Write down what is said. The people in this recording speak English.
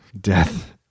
death